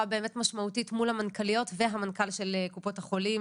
באמת משמעותית מול המנכ"ליות והמנכ"ל של קופות החולים.